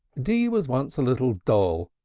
d was once a little doll,